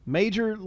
major